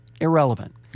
irrelevant